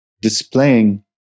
displaying